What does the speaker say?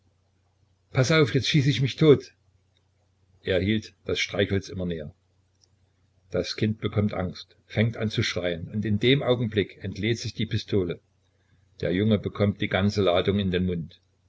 paß auf jetzt schieß ich tot er hielt das streichholz immer näher das kind bekommt angst fängt an zu schreien und in dem augenblick entlädt sich die pistole der junge bekommt die ganze ladung in den mund